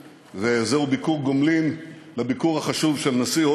זהו, זהו, זהו, חבר הכנסת בר.